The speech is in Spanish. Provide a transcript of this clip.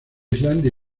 islandia